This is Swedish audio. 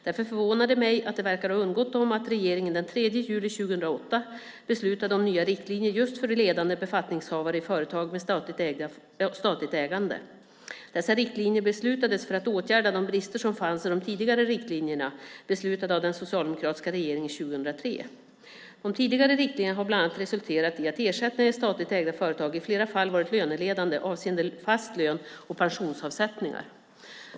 Därför förvånar det mig att det verkar ha undgått dem att regeringen den 3 juli 2008 beslutade om nya riktlinjer just för ledande befattningshavare i företag med statligt ägande. Dessa riktlinjer beslutades för att åtgärda de brister som fanns i de tidigare riktlinjerna, beslutade av den socialdemokratiska regeringen 2003. De tidigare riktlinjerna har bland annat resulterat i att ersättningarna i statligt ägda företag i flera fall varit löneledande avseende fast lön och pensionsavsättningar.